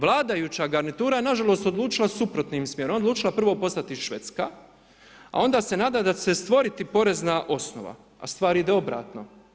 Vladajuća garnitura je nažalost odlučila suprotnim smjerom, ona je odlučila prvo postati Švedska, a onda se nada da će se stvoriti porezna osnova, a stvar ide obratno.